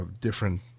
different